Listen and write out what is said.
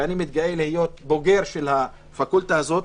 ואני מתגאה להיות בוגר של הפקולטה הזאת.